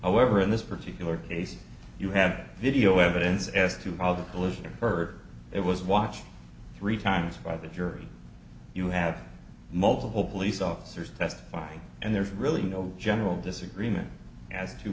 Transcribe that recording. however in this particular case if you have video evidence as to how the collision occurred it was watched three times by the jury you have multiple police officers testifying and there's really no general disagreement as to